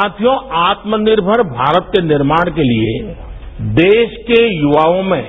साथियों आत्मनिर्मर भारत के निर्माण के लिए देश के युवाओं में